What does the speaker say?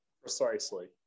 precisely